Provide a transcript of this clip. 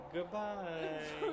Goodbye